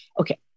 okay